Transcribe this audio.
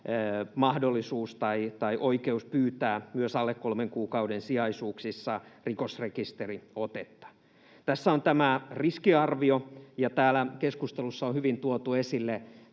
mahdollisuus tai oikeus pyytää myös alle kolmen kuukauden sijaisuuksissa rikosrekisteriotetta. Tässä on tämä riskiarvio, ja täällä keskustelussa on hyvin tuotu esille